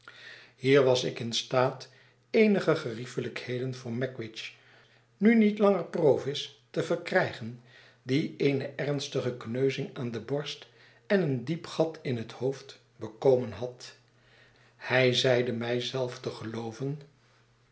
hier was ik in staat eenige geriefelijkheden voor magwitch nu niet langer provis te verkrijgen die eene ernstigekneuzing aan de borst en een diep gat in het hoofd bekomenhad hij zeide mij zelfte gelooven